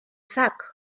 sac